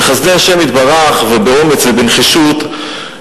ובחסדי השם יתברך ובאומץ ובנחישות,